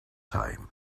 time